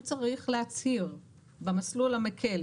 הוא צריך להצהיר במסלול המקל,